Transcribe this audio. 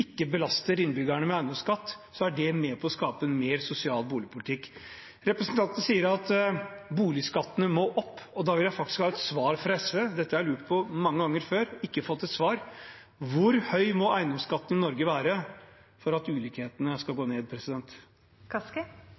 ikke belaster innbyggerne med eiendomsskatt, er det med på å skape en mer sosial boligpolitikk. Representanten sier at boligskattene må opp. Da vil jeg faktisk ha et svar fra SV – dette har jeg lurt på mange ganger før og ikke fått svar på: Hvor høy må eiendomsskatten i Norge være for at ulikhetene skal gå ned?